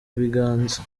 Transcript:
biganza